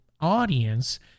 audience